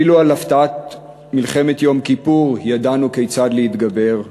אפילו על הפתעת מלחמת יום כיפור ידענו כיצד להתגבר,